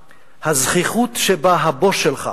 שהזחיחות שבה הבוס שלך